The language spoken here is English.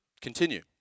continue